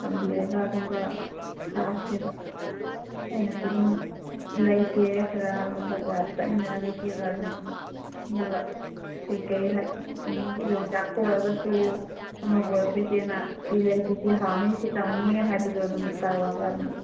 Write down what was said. ꯊꯝꯕꯤꯔꯒ ꯑꯗꯨꯒ ꯆꯥꯁꯦꯕ ꯑꯩꯅꯁꯨ ꯑꯗꯨꯝ ꯂꯩꯒꯦ ꯈꯔ ꯑꯗꯨꯝ ꯕꯖꯥꯔꯗ ꯆꯠꯃꯤꯟꯅꯔꯒ ꯏꯆꯦꯒ ꯑꯗꯨꯝ ꯑꯗꯨꯒ ꯀꯔꯤ ꯀꯔꯤ ꯍꯥꯏꯗꯤ ꯁꯨꯝ ꯌꯣꯡꯆꯥꯛꯄꯨ ꯑꯣꯏꯔꯒꯁꯨ ꯑꯃꯕꯨ ꯑꯣꯏꯔꯁꯨ ꯏꯆꯦꯅ ꯁꯤ ꯂꯩꯁꯤ ꯁꯤ ꯍꯥꯎꯅꯤ ꯁꯤ ꯇꯧꯅꯤ ꯍꯥꯏꯕꯗꯣ ꯑꯗꯨꯝ ꯇꯧꯔꯒ ꯑꯗꯨꯝ